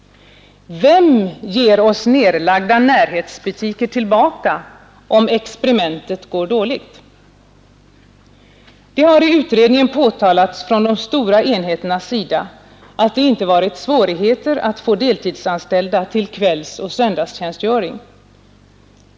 Vem ger oss nedlagda närhetsbutiker tillbaka om experimentet går dåligt? Det har i utredningen från de stora enheternas sida påtalats att det inte varit svårigheter att få deltidsanställda till kvällsoch söndagstjänstgöring.